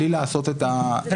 שוב,